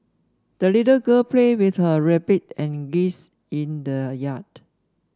the little girl played with her rabbit and geese in the yard